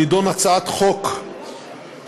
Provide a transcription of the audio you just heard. הנדון: הצעת חוק 3526,